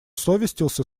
совестился